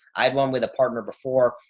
i had one with a partner before,